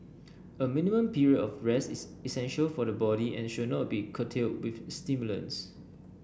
a minimum period of rest is essential for the body and should not be curtailed with stimulants